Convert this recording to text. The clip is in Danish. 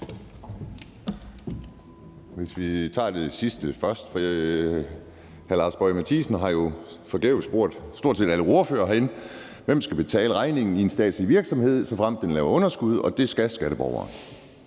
Jeg kan tage det sidste først. Hr. Lars Boje Mathiesen har jo forgæves spurgt stort set alle ordførere herinde: Hvem skal betale regningen i en statslig virksomhed, såfremt den giver underskud? Det skal skatteborgeren.